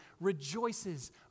rejoices